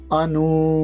anu